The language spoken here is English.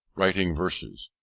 writing verses,